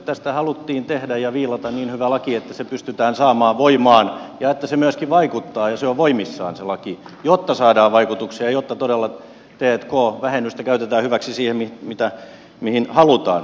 tästä haluttiin tehdä ja viilata niin hyvä laki että se pystytään saamaan voimaan ja että se myöskin vaikuttaa ja on voimissaan jotta saadaan vaikutuksia ja jotta todella t k vähennystä käytetään hyväksi siihen mihin halutaan